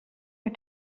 are